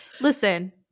Listen